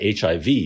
HIV